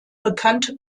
bekannte